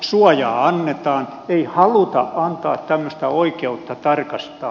suojaa annetaan ei haluta antaa tämmöistä oikeutta tarkastaa